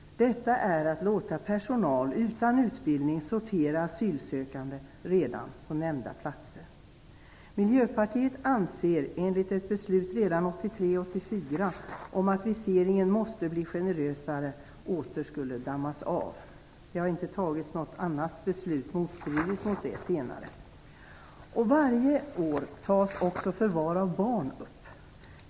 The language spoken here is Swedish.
Detta är detsamma som att man låter personal utan utbildning sortera asylsökande redan på nämnda platser. Miljöpartiet de gröna anser att ett beslut fattat redan 1983/84, om att viseringen måste bli generösare, åter skall dammas av. Det har inte heller fattats något annat, motstridigt, beslut senare. Varje år tas också frågan om förvar av barn upp.